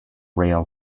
rail